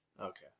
Okay